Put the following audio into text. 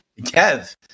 Kev